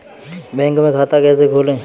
Bank में खाता कैसे खोलें?